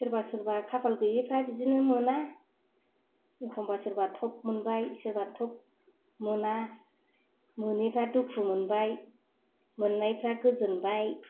सोरबा सोरबा खाफाल गैयिफोरा बिदिनो मोना एखमब्ला सोरबा थब मोनबाय सोरबा थब मोना मोनिफ्रा दुखु मोनबाय मोननायफ्रा गोजोनबाय